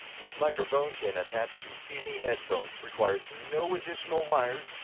this microphone can attach to any headphones, requires no additional wires,